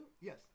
Yes